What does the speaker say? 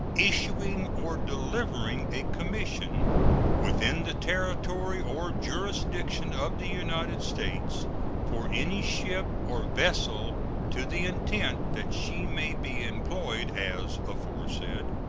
issuing or delivering a commission within the territory or jurisdiction of the united states for any ship or vessel to the intent that she may be employed as aforesaid.